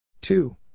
Two